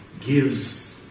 gives